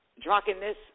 drunkenness